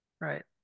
right